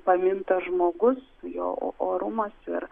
pamintas žmogus jo orumas ir